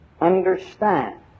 understand